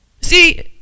See